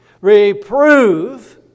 Reprove